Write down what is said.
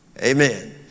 Amen